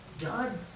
God